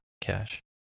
Cash